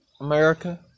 America